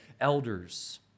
elders